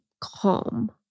calm